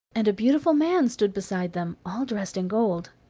and a beautiful man stood beside them, all dressed in gold.